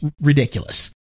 ridiculous